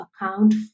account